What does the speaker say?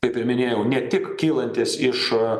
kaip ir minėjau ne tik kylantys iš